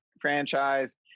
franchise